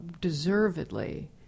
deservedly